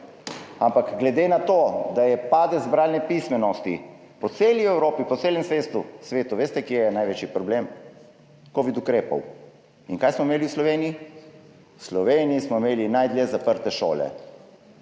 Ampak glede na to, da je padec bralne pismenosti po celi Evropi, po celem svetu, veste, kje je največji problem? Covid ukrepi. In kaj smo imeli v Sloveniji? V Sloveniji smo imeli najdlje zaprte šole.